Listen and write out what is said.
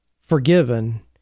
forgiven